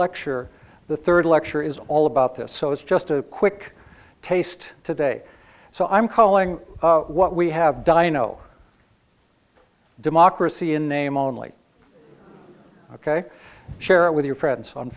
lecture the third lecture is all about this so it's just a quick taste today so i'm calling what we have die no democracy in the name only ok share it with your friends on